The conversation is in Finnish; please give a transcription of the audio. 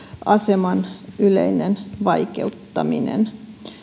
aseman yleinen vaikeuttaminen